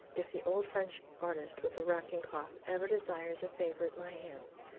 if the old french artist with the racking cough ever desires a favor at my hands,